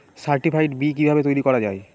Certified বি কিভাবে তৈরি করা যায়?